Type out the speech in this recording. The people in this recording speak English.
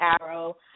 Arrow